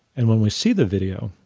and when we see the video,